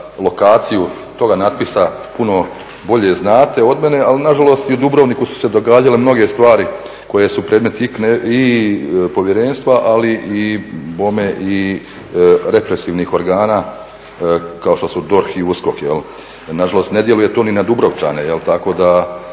lokaciju toga natpisa puno bolje znate od mene, ali nažalost i u Dubrovniku su se događale mnoge stvari koje su predmet i povjerenstva ali i represivnih organa kao što su DORH i USKOK. Nažalost ne djeluje to ni na Dubrovčane tako da